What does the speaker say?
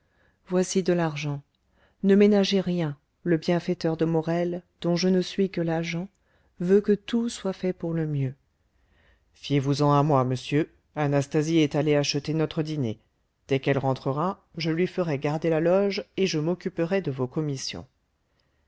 voici de l'argent ne ménagez rien le bienfaiteur de morel dont je ne suis que l'agent veut que tout soit fait pour le mieux fiez vous en à moi monsieur anastasie est allée acheter notre dîner dès qu'elle rentrera je lui ferai garder la loge et je m'occuperai de vos commissions